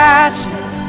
ashes